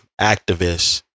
activists